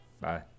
bye